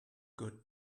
good